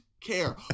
care